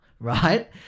right